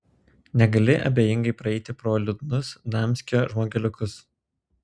negali abejingai praeiti pro liūdnus damskio žmogeliukus